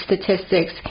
statistics